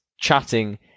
chatting